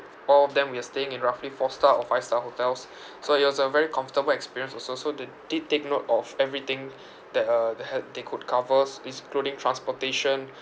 all of them we are staying in roughly four star or five star hotels so it was a very comfortable experience also so they did take note of everything that uh they had they could covers is including transportation